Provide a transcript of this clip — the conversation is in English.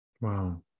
Wow